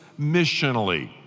missionally